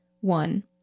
one